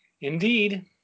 Indeed